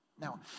Now